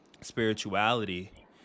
spirituality